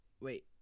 Wait